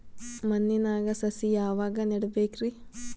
ಮಣ್ಣಿನಾಗ ಸಸಿ ಯಾವಾಗ ನೆಡಬೇಕರಿ?